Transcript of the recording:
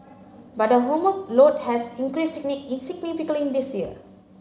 but her homework load has increased insignificantly this year